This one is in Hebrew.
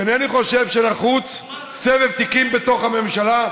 ואינני חושב שנחוץ סבב תיקים בתוך הממשלה,